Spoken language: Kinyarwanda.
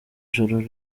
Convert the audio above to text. ijuru